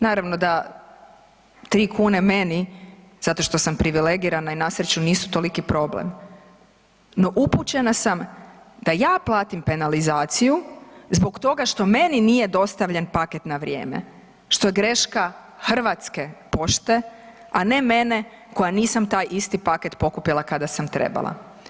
Naravno da tri kune meni, zato što sam privilegirana i na sreću nisu toliki problem, no upućena sam da ja platim penalizaciju zbog toga što meni nije dostavljen paket na vrijeme što je greška HP, a ne mene koja nisam taj isti paket pokupila kada sam trebala.